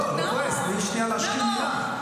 לא כועס, תני שנייה להשחיל מילה.